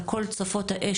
על כל צופות האש,